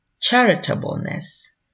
charitableness